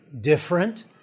different